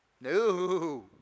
No